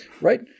right